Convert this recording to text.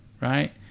right